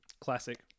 Classic